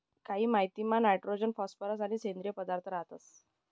कायी मातीमा nitrogen phosphorus आणि सेंद्रिय पदार्थ रातंस